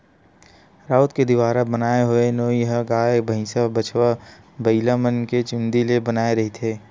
राउत के दुवारा बनाय होए नोई ह गाय, भइसा, बछवा, बइलामन के चूंदी ले बनाए रहिथे